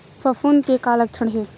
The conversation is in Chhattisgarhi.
फफूंद के का लक्षण हे?